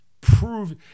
prove